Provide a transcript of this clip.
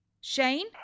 Shane